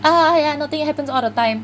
ah yeah nothing it happens all the time